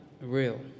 real